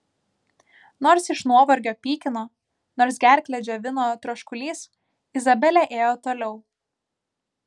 nors iš nuovargio pykino nors gerklę džiovino troškulys izabelė ėjo toliau